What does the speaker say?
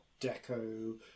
deco